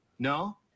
No